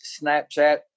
Snapchat